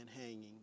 hanging